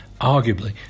arguably